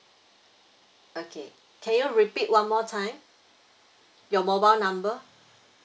okay can you repeat one more time your mobile number